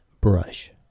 brush